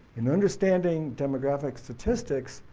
in understanding demographic statistics,